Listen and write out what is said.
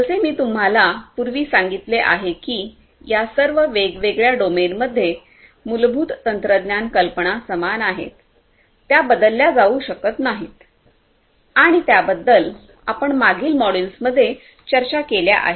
जसे मी तुम्हाला पूर्वी सांगितले आहे की या सर्व वेगवेगळ्या डोमेनमध्ये मूलभूत तंत्रज्ञान कल्पना समान आहेत त्या बदलल्या जाऊ शकत नाहीत आणि त्याबद्दल आपण मागील मॉड्यूल्समध्ये चर्चा केल्या आहेत